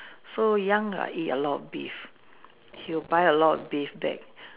so young I eat a lot of beef he'll buy a lot beef back